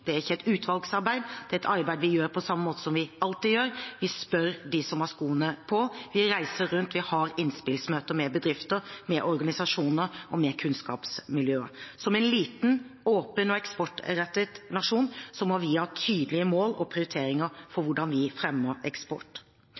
Det er ikke et utvalgsarbeid, det er et arbeid vi gjør på samme måte som vi alltid gjør: Vi spør dem som har skoene på, vi reiser rundt, og vi har innspillsmøter med bedrifter, med organisasjoner og med kunnskapsmiljøer. Som en liten, åpen og eksportrettet nasjon må vi ha tydelige mål og prioriteringer for hvordan vi skal fremme eksport.